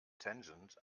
tangent